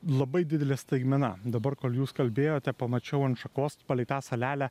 labai didelė staigmena dabar kol jūs kalbėjote pamačiau ant šakos palei tą salelę